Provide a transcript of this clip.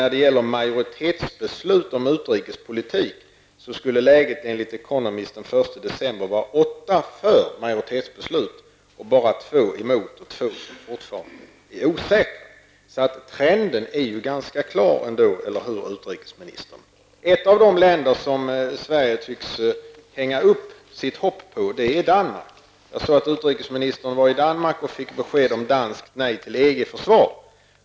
När det gäller majoritetsbeslut om utrikespolitiken skulle läget enligt The Economist den 1 december vara åtta för majoritetsbeslut, bara två emot och två fortfarande osäkra. Trenden är ju ganska klar, eller hur, utrikesministern? Ett av de länder som Sverige tycks hänga upp sitt hopp på är Danmark. Utrikesministern var i försvar.